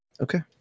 Okay